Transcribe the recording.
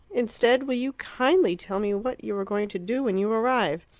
instead, will you kindly tell me what you are going to do when you arrive.